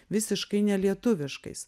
visiškai nelietuviškais